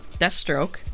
Deathstroke